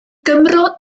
gymro